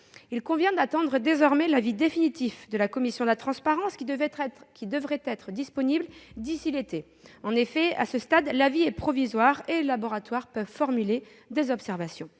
Il convient d'attendre désormais l'avis définitif de cette commission, qui devrait être disponible d'ici à l'été. En effet, à ce stade, l'avis est provisoire et les laboratoires peuvent formuler des observations.